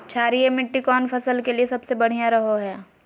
क्षारीय मिट्टी कौन फसल के लिए सबसे बढ़िया रहो हय?